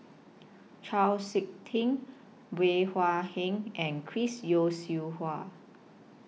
Chau Sik Ting Bey Hua Heng and Chris Yeo Siew Hua